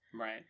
Right